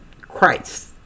Christ